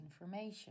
information